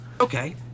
Okay